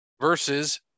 versus